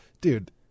dude –